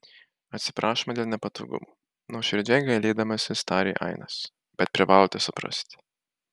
atsiprašome dėl nepatogumų nuoširdžiai gailėdamasis tarė ainas bet privalote suprasti